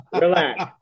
relax